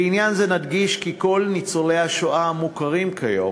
לעניין זה נדגיש כי כל ניצולי השואה המוכרים כיום